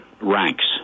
ranks